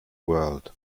whirled